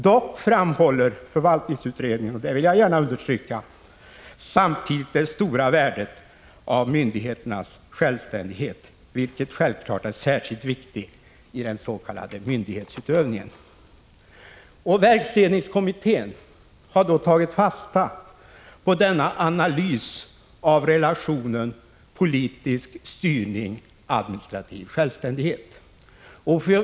Dock framhåller förvaltningsutredningen samtidigt, vilket jag vill understyrka, det stora värdet av myndigheternas självständighet, vilken självfallet är särskilt viktig i den s.k. myndighetsutövningen. Verksledningskommittén har tagit fasta på denna analys av relationen politisk styrning-administrativ självständighet.